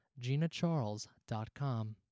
ginacharles.com